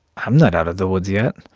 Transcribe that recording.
i'm not out of the woods yet.